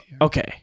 Okay